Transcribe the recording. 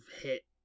hit